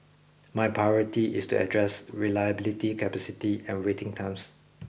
my priority is to address reliability capacity and waiting times